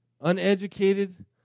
uneducated